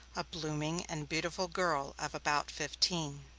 a blooming and beautiful girl of about fifteen.